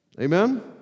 Amen